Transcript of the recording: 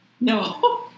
No